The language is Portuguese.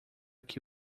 que